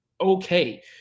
okay